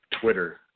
Twitter